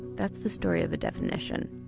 that's the story of a definition.